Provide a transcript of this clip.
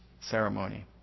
ceremony